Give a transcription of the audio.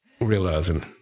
realizing